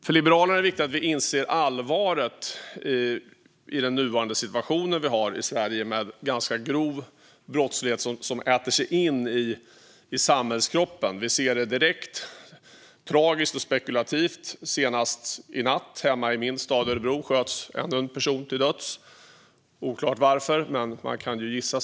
För Liberalerna är det viktigt att vi inser allvaret i den nuvarande situationen i Sverige med ganska grov brottslighet som äter sig in i samhällskroppen. Vi ser det direkt, tragiskt och spekulativt. Senast i natt sköts ännu en person till döds i min hemstad Örebro - oklart varför, men man kan ju gissa.